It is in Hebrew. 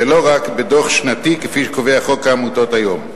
ולא רק בדוח שנתי, כפי שקובע חוק העמותות היום.